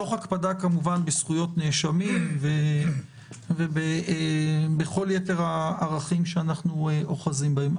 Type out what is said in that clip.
תוך הקפדה כמובן על זכויות נאשמים וכל יתר הערכים שאנחנו אוחזים בהם.